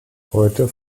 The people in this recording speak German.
heute